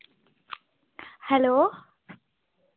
hello